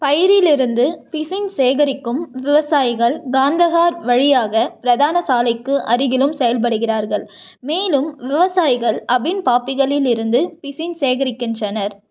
பயிரிலிருந்து பிசின் சேகரிக்கும் விவசாயிகள் காந்தஹார் வழியாக பிரதான சாலைக்கு அருகிலும் செயல்படுகிறார்கள் மேலும் விவசாயிகள் அபின் பாப்பிகளிலிருந்து பிசின் சேகரிக்கின்றனர்